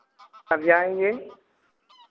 कब जाएंगे